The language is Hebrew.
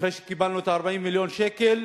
אחרי שקיבלנו את 40 מיליון השקל,